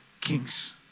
kings